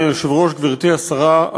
גברתי השרה,